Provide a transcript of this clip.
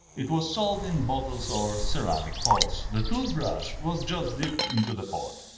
it was sold in bottles or ceramic pots the toothbrush was just dipped into the pot.